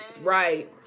Right